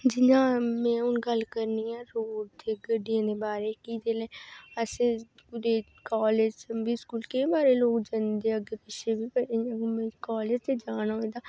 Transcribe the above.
जि'यां में हून गल्ल करनी आं रोड ते गड्डियें दे बारै च की जेल्लै असें कालेज बिच केईं बारी लोक जंदे अग्गे पिच्छे बी इयां मतलब कालेज च जाना पौंदा